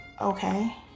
Okay